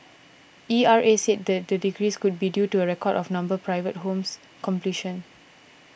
E R A said the decrease could be due to a record of number private homes completion